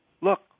look